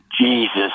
Jesus